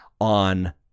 on